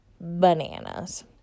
bananas